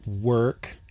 work